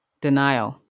denial